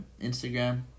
Instagram